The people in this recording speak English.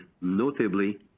notably